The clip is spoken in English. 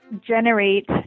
generate